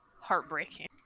heartbreaking